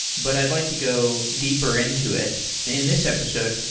but i'd like to go deeper into it in this episode.